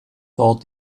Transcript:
thought